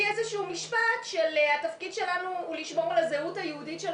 במשרד הבריאות לפעמים אומרים שצריכים את משרד הפנים.